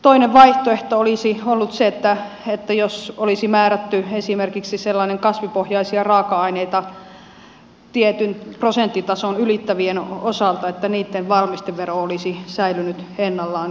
toinen vaihtoehto olisi ollut esimerkiksi se että olisi määrätty kasvipohjaisia raaka aineita tietyn prosenttitason ylittävien osalta että niitten valmistevero olisi säilynyt ennallaan